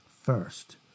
First